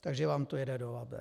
Takže vám to jede do Labe.